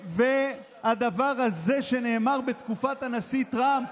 והדבר הזה, שנאמר בתקופת הנשיא טראמפ,